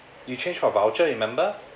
you change for voucher remember